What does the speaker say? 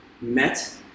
met